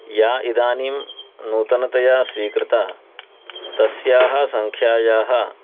या इदानीं नूतनतया स्वीकृता तस्याः सङ्ख्यायाः